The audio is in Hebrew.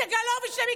לסגלוביץ'?